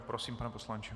Prosím, pane poslanče.